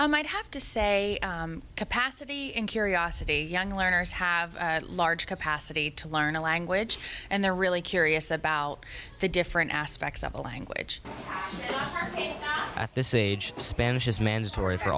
i might have to say capacity in curiosity young learners have a large capacity to learn a language and they're really curious about the different aspects of the language learning at this age spanish is mandatory for